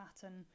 pattern